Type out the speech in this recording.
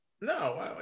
No